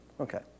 Okay